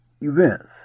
events